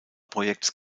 projekts